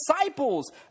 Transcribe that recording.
disciples